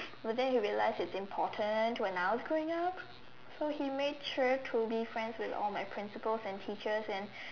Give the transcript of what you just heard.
but then he realize it's important when I was growing up so he made sure to be friends with all my principals and teachers and